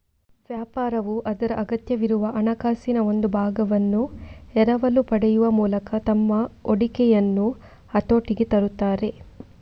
ವ್ಯಾಪಾರವು ಅದರ ಅಗತ್ಯವಿರುವ ಹಣಕಾಸಿನ ಒಂದು ಭಾಗವನ್ನು ಎರವಲು ಪಡೆಯುವ ಮೂಲಕ ತಮ್ಮ ಹೂಡಿಕೆಯನ್ನು ಹತೋಟಿಗೆ ತರುತ್ತಾರೆ